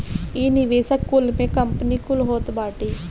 इ निवेशक कुल में कंपनी कुल होत बाटी